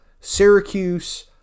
Syracuse